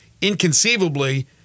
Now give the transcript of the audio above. inconceivably